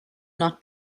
not